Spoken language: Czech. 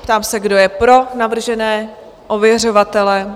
Ptám se, kdo je pro navržené ověřovatele?